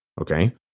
Okay